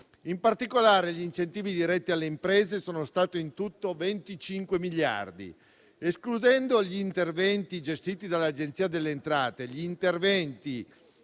In particolare, gli incentivi diretti alle imprese sono stati in tutto 25 miliardi. Escludendo gli interventi gestiti dall'Agenzia delle entrate (gli interventi